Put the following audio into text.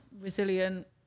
resilient